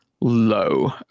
low